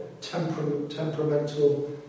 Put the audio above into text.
temperamental